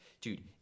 dude